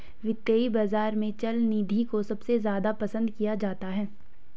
वित्तीय बाजार में चल निधि को सबसे ज्यादा पसन्द किया जाता है